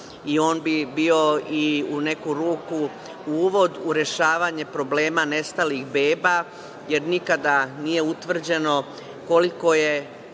On bi bio u neku ruku uvod u rešavanje problema nestalih beba, jer nikada nije utvrđeno koliko je